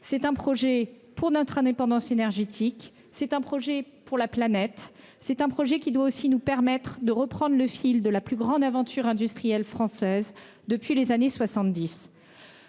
C'est un projet pour notre indépendance énergétique ; c'est un projet pour la planète ; c'est un projet qui doit aussi nous permettre de reprendre le fil de la plus grande aventure industrielle française depuis les années 1970.